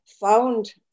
found